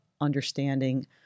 understanding